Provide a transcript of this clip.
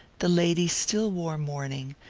the lady still wore mourning,